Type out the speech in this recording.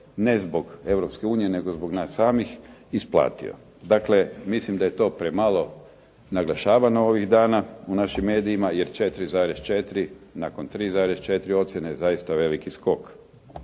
unije, nego zbog nas samih isplatio. Dakle, mislim da je to premalo naglašavano ovih dana u našim medijima jer 4,4 nakon 3,4 ocjene je zaista veliki skok.